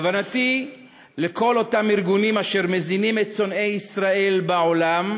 כוונתי לכל אותם ארגונים אשר מזינים את שונאי ישראל בעולם,